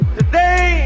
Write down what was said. today